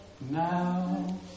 Now